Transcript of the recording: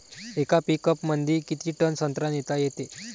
येका पिकअपमंदी किती टन संत्रा नेता येते?